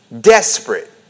desperate